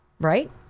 Right